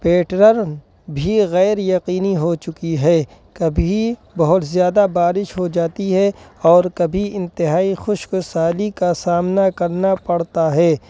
pattern بھی غیر یقینی ہو چکی ہے کبھی بہت زیادہ بارش ہو جاتی ہے اور کبھی انتہائی خشک سالی کا سامنا کرنا پڑتا ہے